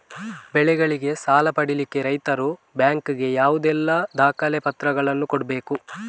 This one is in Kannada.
ಬೆಳೆಗಳಿಗೆ ಸಾಲ ಪಡಿಲಿಕ್ಕೆ ರೈತರು ಬ್ಯಾಂಕ್ ಗೆ ಯಾವುದೆಲ್ಲ ದಾಖಲೆಪತ್ರಗಳನ್ನು ಕೊಡ್ಬೇಕು?